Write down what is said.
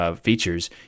Features